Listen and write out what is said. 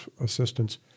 assistance